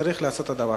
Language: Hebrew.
צריך לעשות את הדבר.